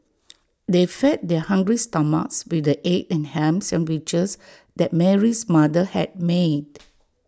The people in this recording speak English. they fed their hungry stomachs with the egg and Ham Sandwiches that Mary's mother had made